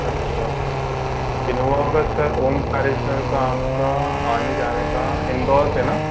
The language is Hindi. अच्छा इनोवा का सर ओंकारेश्वर का आप का आने जाने का इंदौर से ना